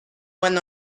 went